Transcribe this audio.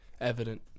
evident